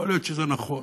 יכול להיות שזה נכון,